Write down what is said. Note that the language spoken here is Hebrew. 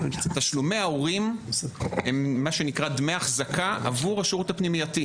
תשלומי ההורים הם מה שנקרא דמי אחזקה עבור השירות הפנימייתי.